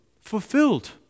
Fulfilled